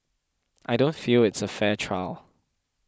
I don't feel it's a fair trial